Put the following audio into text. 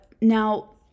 Now